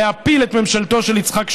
להפיל את ממשלתו של יצחק שמיר,